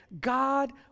God